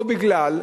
או מכיוון,